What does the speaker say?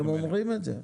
הם אומרים את זה.